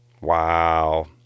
Wow